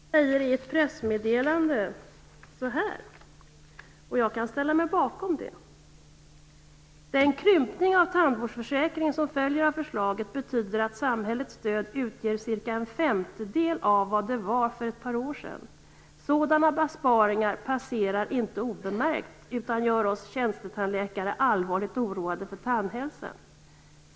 I ett pressmeddelande, som jag kan ställa mig bakom, säger de så här: Den krympning av tandvårdsförsäkringen som följer av förslaget betyder att samhällets stöd utgör cirka en femtedel av vad det var för ett par år sedan. Sådana besparingar passerar inte obemärkt, utan gör oss tjänstetandläkare allvarligt oroade för tandhälsan.